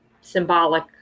symbolic